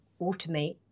automate